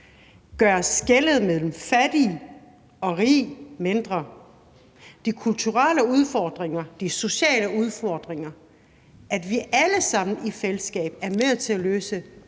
gøre skellet mellem fattig og rig mindre. De kulturelle udfordringer og de sociale udfordringer og at vi alle sammen i fællesskab er med til at løse de